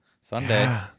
Sunday